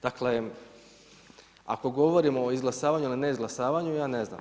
Dakle, ako govorimo o izglasavanju ili neizglasavanju ja ne znam.